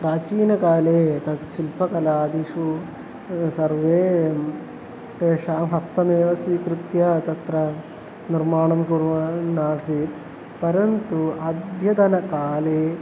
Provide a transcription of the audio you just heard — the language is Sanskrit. प्राचीनकाले तत् शिल्पकलादिषु सर्वे तेषां हस्तमेव स्वीकृत्य तत्र निर्माणं कुर्वन् आसन् परन्तु अद्यतनकाले